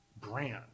brand